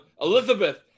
Elizabeth